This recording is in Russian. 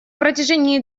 протяжении